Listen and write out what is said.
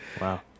Wow